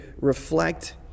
reflect